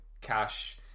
cash